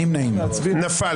הצבעה לא אושרה נפל.